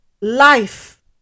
life